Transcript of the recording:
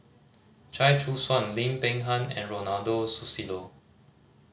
Chia Choo Suan Lim Peng Han and Ronald Susilo